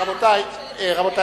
רבותי, רבותי,